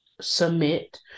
Submit